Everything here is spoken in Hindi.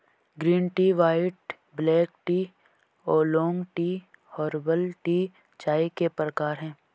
green tea white black tea oolong tea herbal tea चाय के प्रकार है